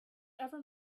ever